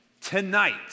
tonight